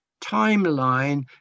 timeline